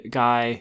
guy